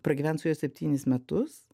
pragyvent su juo septynis metus